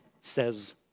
says